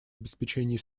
обеспечении